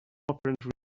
apparent